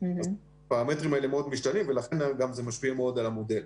אז הפרמטרים האלה מאוד משתנים ולכן זה גם משפיע מאוד על המודל.